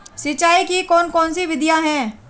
सिंचाई की कौन कौन सी विधियां हैं?